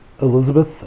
Elizabeth